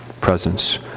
presence